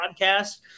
podcast